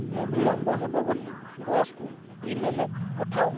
ମୁଁ ବିଳମ୍ବ ହେବ ବୋଲି ବସ୍କୁ ଇ ମେଲ୍ ପଠାଅ